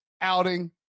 outing